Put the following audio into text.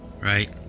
right